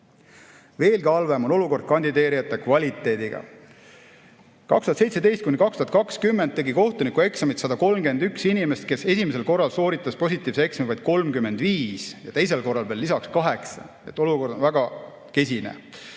Veelgi halvem on olukord kandideerijate kvaliteediga. 2017–2020 tegi kohtunikueksamit 131 inimest, kellest esimesel korral sooritas eksami vaid 35 ja teisel korral veel lisaks 8. Nii et olukord on väga kesine.